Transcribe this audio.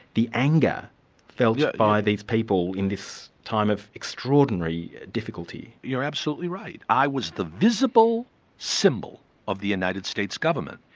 the anger felt yeah by these people in this time of extraordinary difficulty. you're absolutely right. i was the visible symbol of the united states government,